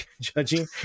judging